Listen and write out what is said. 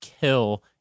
kill